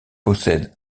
possèdent